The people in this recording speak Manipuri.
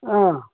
ꯑꯥ